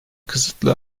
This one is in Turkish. kısıtlı